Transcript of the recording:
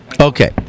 okay